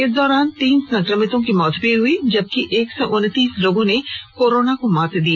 इस दौरान तीन संक्रमितों की मौत भी हो गई जबकि एक सौ उनतीस लोगों ने कोरोना को मात दी